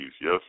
Yes